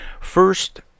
first